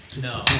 No